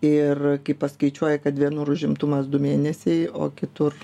ir kai paskaičiuoji kad vienur užimtumas du mėnesiai o kitur